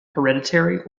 hereditary